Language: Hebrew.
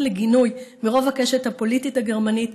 לגינוי מרוב הקשת הפוליטית הגרמנית.